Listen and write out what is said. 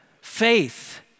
faith